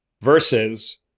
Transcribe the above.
versus